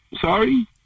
sorry